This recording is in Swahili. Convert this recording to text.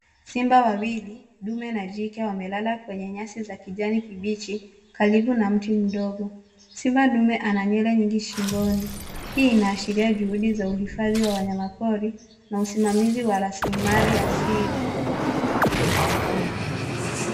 Simba wawili ndume na jike, wamelala kwenye nyasi ya kijani kibichi, karibu na mti mdogo. Simba ndume ana nywele nyingi shingoni. Hii inaashiria juhudi za uhifadhi wa wanyamapori, na usimamizi wa raslimali asili.